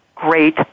great